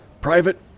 Private